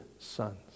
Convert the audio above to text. sons